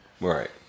right